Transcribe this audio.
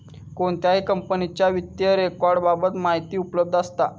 कोणत्याही कंपनीच्या वित्तीय रेकॉर्ड बाबत माहिती उपलब्ध असता